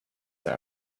this